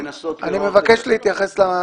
לנסות לראות איך.